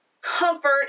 comfort